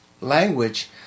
language